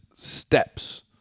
steps